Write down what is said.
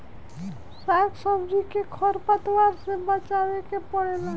साग सब्जी के खर पतवार से बचावे के पड़ेला